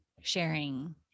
sharing